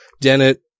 Dennett